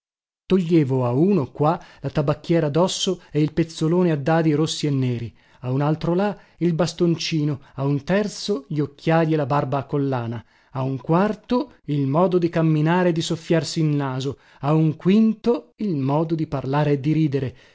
toglievo a uno qua la tabacchiera dosso e il pezzolone a dadi rossi e neri a un altro là il bastoncino a un terzo gli occhiali e la barba a collana a un quarto il modo di camminare e di soffiarsi il naso a un quinto il modo di parlare e di ridere